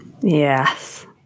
Yes